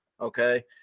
okay